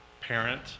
parent